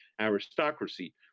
aristocracy